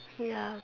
ya